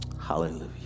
hallelujah